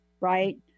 right